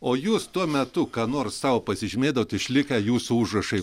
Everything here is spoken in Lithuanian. o jūs tuo metu ką nors sau pasižymėdavot išlikę jūsų užrašai